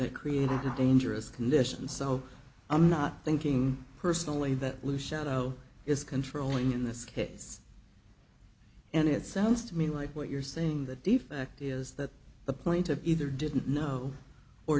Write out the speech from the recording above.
that created a dangerous condition so i'm not thinking personally that lou shadow is controlling in this case and it sounds to me like what you're saying that the fact is that the plaintiff either didn't know or